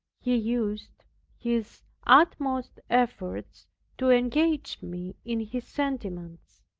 he used his utmost efforts to engage me in his sentiments.